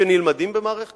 שנלמדים במערכת